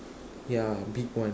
yeah big one